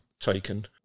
taken